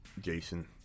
jason